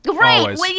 Right